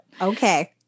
Okay